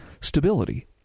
stability